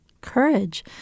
courage